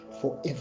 forever